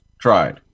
tried